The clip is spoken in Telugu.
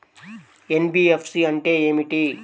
ఎన్.బీ.ఎఫ్.సి అంటే ఏమిటి?